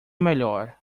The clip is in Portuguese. melhor